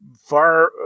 far